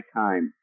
time